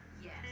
Yes